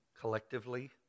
collectively